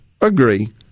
Agree